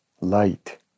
Light